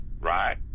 Right